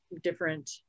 different